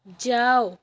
ଯାଅ